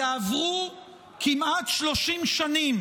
יעברו כמעט 30 שנים